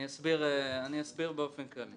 אני אסביר באופן כללי.